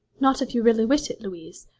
not if you really wish it, louise.